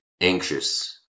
anxious